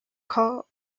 car